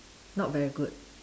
not very good